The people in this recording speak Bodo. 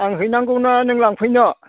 आं हैनांगौ ना नों लांफैनो